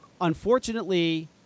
Unfortunately